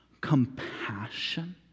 compassion